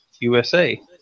USA